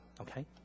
okay